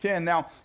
Now